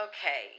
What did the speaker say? Okay